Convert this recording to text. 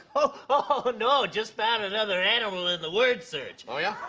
oh, but no. just found another animal in the word search. oh, yeah?